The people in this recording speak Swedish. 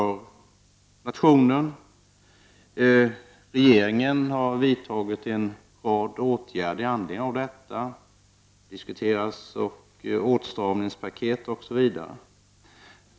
Regeringen har vidtagit en rad åtgärder med anledning av denna situation, bl.a. åtstramningspaket.